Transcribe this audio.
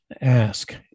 ask